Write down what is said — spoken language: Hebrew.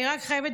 אני רק חייבת,